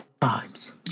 times